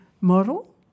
model